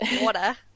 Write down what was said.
Water